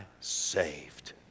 saved